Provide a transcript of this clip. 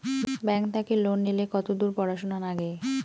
Bank থাকি loan নিলে কতদূর পড়াশুনা নাগে?